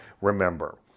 Remember